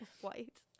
white